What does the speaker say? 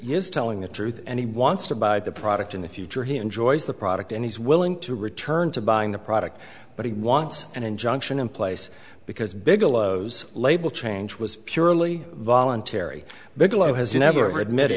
used telling the truth and he wants to buy the product in the future he enjoys the product and he's willing to return to buying the product but he wants an injunction in place because bigelow's label change was purely voluntary bigelow has never admit